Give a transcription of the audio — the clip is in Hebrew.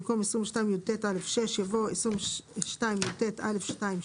במקום "22יט(א)(6)" 22כחיבוא "22יט(א2)(2)".